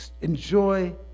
enjoy